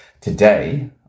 Today